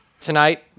Tonight